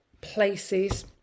places